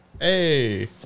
Hey